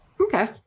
Okay